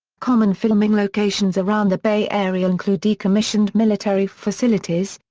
common filming locations around the bay area include decommissioned military facilities,